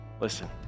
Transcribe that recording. Listen